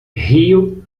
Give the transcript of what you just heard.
rio